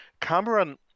Cameron